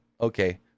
Okay